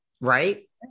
Right